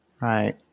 Right